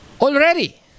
already